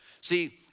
See